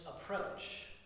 approach